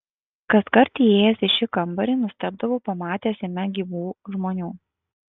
kaskart įėjęs į šį kambarį nustebdavau pamatęs jame gyvų žmonių